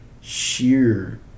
sheer